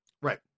Right